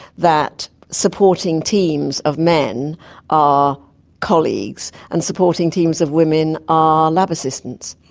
that supporting teams of men are colleagues, and supporting teams of women are lab assistants.